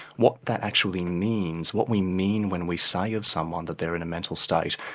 what that actually means, what we mean when we say of someone that they're in a mental state,